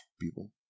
people